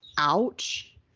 ouch